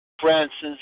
Francis